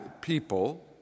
people